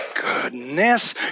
Goodness